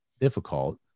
difficult